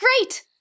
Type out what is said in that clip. Great